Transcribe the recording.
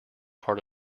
part